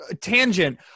Tangent